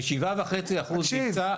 ב-7.5% נמצא --- תקשיב.